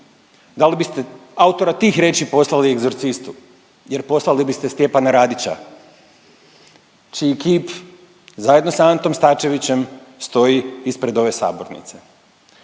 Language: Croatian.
Da li biste autora tih riječi poslali egzorcistu? Jer poslali biste Stjepana Radića, čiji kip zajedno sa Antom Starčevićem stoji ispred ove sabornice.